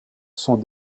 sont